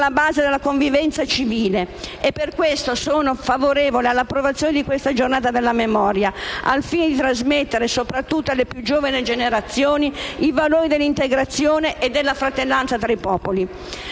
alla base della convivenza civile. Per questo sono favorevole all'istituzione di questa giornata della memoria, al fine di trasmettere, soprattutto alle più giovani generazioni, i valori dell'integrazione e della fratellanza tra i popoli.